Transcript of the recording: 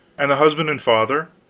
and the husband and father,